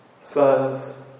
sons